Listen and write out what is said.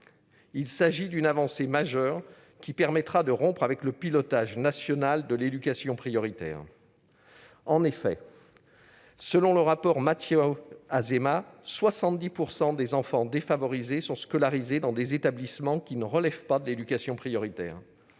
Il s'agit d'une avancée majeure, qui permettra de rompre avec le pilotage national de l'éducation prioritaire. En effet, selon le rapport Mathiot-Azéma, quelque 70 % des enfants défavorisés sont scolarisés dans des établissements qui ne relèvent pas de l'éducation prioritaire.